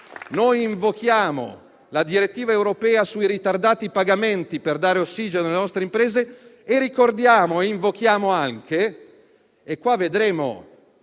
noi invochiamo la direttiva europea sui ritardati pagamenti per dare ossigeno alle nostre imprese. E ricordiamo e invochiamo anche (e qui vedremo